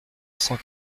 cent